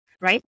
right